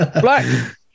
Black